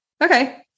Okay